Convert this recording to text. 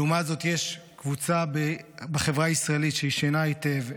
ולעומת זאת יש קבוצה בחברה הישראלית שהיא ישנה היטב,